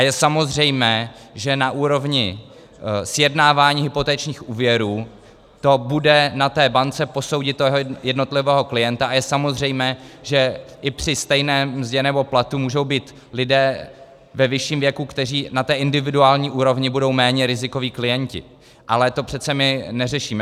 Je samozřejmé, že na úrovni sjednávání hypotečních úvěrů to bude na té bance posoudit jednotlivého klienta, a je samozřejmé, že i při stejné mzdě nebo platu můžou být lidé ve vyšším věku, kteří na individuální úrovni budou méně rizikoví klienti, ale to přece my neřešíme.